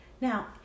Now